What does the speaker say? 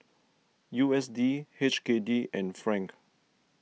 U S D H K D and franc